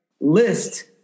list